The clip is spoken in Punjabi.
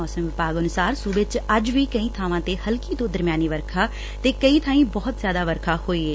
ਮੌਸਮ ਵਿਭਾਗ ਅਨੁਸਾਰ ਸੁਬੇ ਚ ਅੱਜ ਵੀ ਕਈ ਬਾਵਾਂ ਤੇ ਹਲਕੀ ਤੋਂ ਦਰਮਿਆਨੀ ਵਰਖਾ ਤੇ ਕਈ ਬਾਈਂ ਬਹੁਤ ਜ਼ਿਆਦਾ ਵਰਖਾ ਹੋਈ ਏ